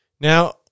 Now